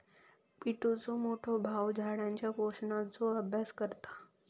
पिंटुचो मोठो भाऊ झाडांच्या पोषणाचो अभ्यास करता